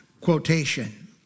quotation